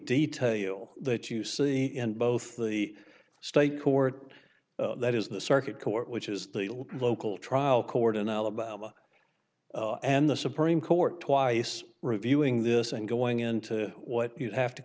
detail that you see in both the state court that is the circuit court which is the local trial court in alabama and the supreme court twice reviewing this and going into what you have to